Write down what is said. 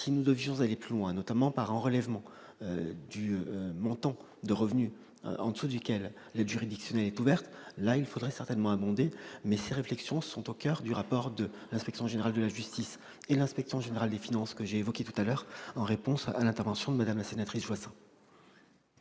Si nous devions aller plus loin, notamment par un relèvement du montant de revenus en dessous duquel l'aide juridictionnelle est ouverte, il faudrait certainement abonder le programme. Ces réflexions sont au coeur du rapport de l'Inspection générale de la justice et de l'Inspection générale des finances que j'ai évoqué tout à l'heure. Au bénéfice de ces observations,